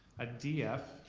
a d f,